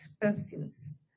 persons